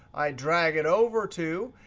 i drag it over to.